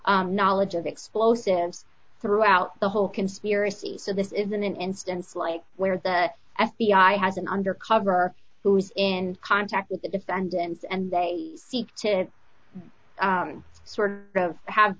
knowledge of explosives throughout the whole conspiracy so this isn't an instance like where the f b i has an undercover who is in contact with the defendants and they seek to sort of have